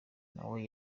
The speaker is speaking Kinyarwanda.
nawe